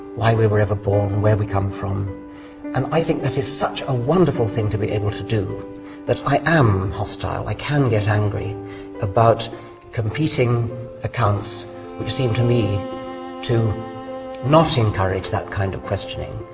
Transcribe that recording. why we were ever born where we come from and i think that is such a wonderful thing to be able to do that i am hostile i can get angry about competing accounts which seem to me to not encourage that kind of questioning,